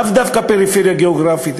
לאו דווקא על פריפריה גיאוגרפית,